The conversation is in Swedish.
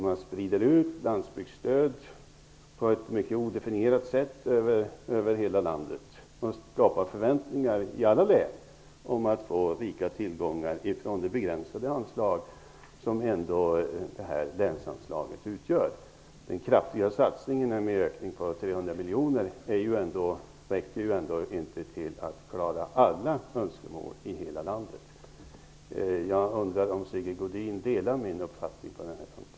Man sprider ut landsbygdsstöd på ett mycket odefinierat sätt över hela landet. Man skapar förväntningar i alla län om att få rika tillgångar från det begränsade anslag som länsanslaget utgör. Den kraftiga satsningen med en ökning på 300 miljoner räcker ändå inte till för att klara alla önskemål i hela landet. Jag undrar om Sigge Godin delar min uppfattning på den punkten.